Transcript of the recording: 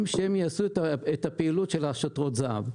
שהם יעשו את הפעילות של שוטרות זה"ב,